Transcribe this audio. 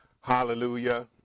hallelujah